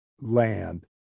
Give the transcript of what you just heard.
land